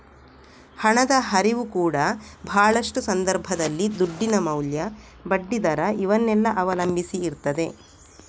ಹಣದ ಹರಿವು ಕೂಡಾ ಭಾಳಷ್ಟು ಸಂದರ್ಭದಲ್ಲಿ ದುಡ್ಡಿನ ಮೌಲ್ಯ, ಬಡ್ಡಿ ದರ ಇವನ್ನೆಲ್ಲ ಅವಲಂಬಿಸಿ ಇರ್ತದೆ